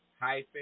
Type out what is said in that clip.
hyphen